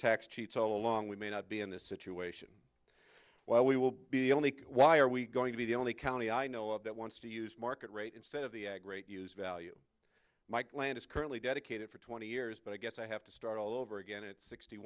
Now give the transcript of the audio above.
tax cheats all along we may not be in this situation while we will be only why are we going to be the only county i know of that wants to use market rate instead of the great use value my plan is currently dedicated for twenty years but i guess i have to start all over again at sixty